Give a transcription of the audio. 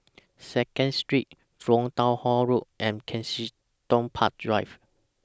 Second Street Jurong Town Hall Road and Kensington Park Drive